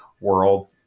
world